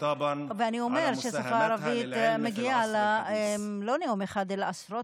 ואני אומר שלשפה הערבית מגיע לא נאום אחד אלא עשרות נאומים.